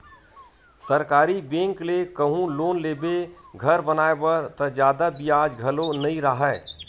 सरकारी बेंक ले कहूँ लोन लेबे घर बनाए बर त जादा बियाज घलो नइ राहय